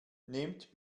nehmt